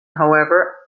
however